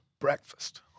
breakfast